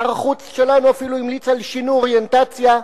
שר החוץ שלנו אפילו המליץ על שינוי אוריינטציה.